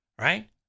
right